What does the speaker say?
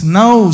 now